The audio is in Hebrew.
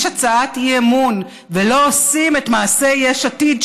הצעת אי-אמון ולא עושים את מעשה יש עתיד,